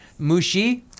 Mushi